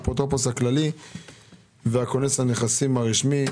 האפוטרופוס הכללי וכונס הנכסים הרשמי.